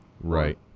Right